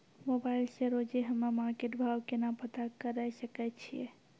Mobile से रोजे हम्मे मार्केट भाव केना पता करे सकय छियै?